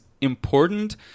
important